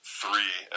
three